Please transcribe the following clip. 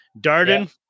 Darden